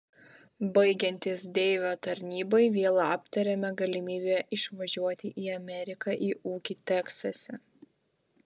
baigiantis deivio tarnybai vėl aptarėme galimybę išvažiuoti į ameriką į ūkį teksase